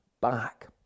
back